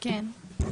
כן.